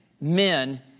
men